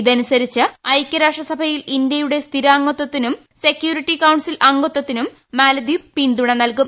ഇതനുസരിച്ച് ഐക്യരാഷ്ട്രയിൽ ഇന്ത്യയുടെ സ്ഥിരാംഗത്വത്തിനും സെക്യൂരിറ്റി കൌൺസിൽ അംഗത്വത്തിനും മാലദ്വീപ് പിന്തുണ നൽകും